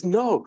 no